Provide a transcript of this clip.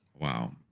Wow